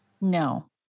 No